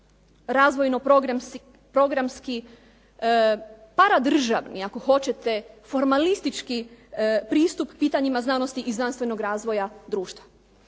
razvojno-programski para državni ako hoćete formalistički pristup pitanjima znanosti i znanstvenog razvoja društva.